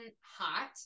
hot